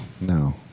no